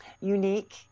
unique